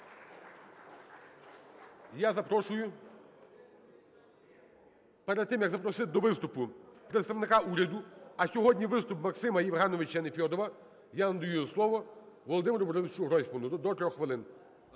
я запрошую перед тим, як запросити до виступу представника уряду, а сьогодні виступ Максима Євгеновича Нефьодова, я надаю слово Володимиру Борисовичу Гройсману. До 3 хвилин.